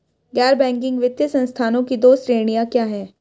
गैर बैंकिंग वित्तीय संस्थानों की दो श्रेणियाँ क्या हैं?